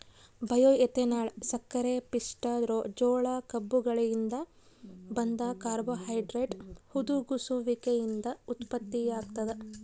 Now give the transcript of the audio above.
bioethanol ಸಕ್ಕರೆಪಿಷ್ಟ ಜೋಳ ಕಬ್ಬುಗಳಿಂದ ಬಂದ ಕಾರ್ಬೋಹೈಡ್ರೇಟ್ ಹುದುಗುಸುವಿಕೆಯಿಂದ ಉತ್ಪತ್ತಿಯಾಗ್ತದ